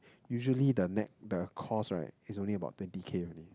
usually the nett the cost right is only about twenty K only